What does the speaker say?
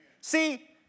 See